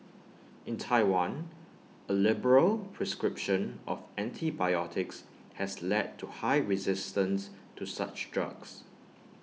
in Taiwan A liberal prescription of antibiotics has led to high resistance to such drugs